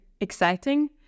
exciting